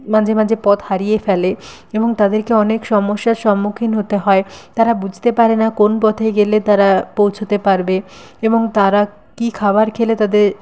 মাঝে মাঝে পথ হারিয়ে ফেলে এবং তাদেরকে অনেক সমস্যার সম্মুখীন হতে হয় তারা বুঝতে পারে না কোন পথে গেলে তারা পৌঁছতে পারবে এবং তারা কী খাবার খেলে তাদের